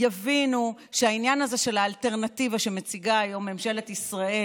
יבינו שהעניין הזה של האלטרנטיבה שמציגה היום ממשלת ישראל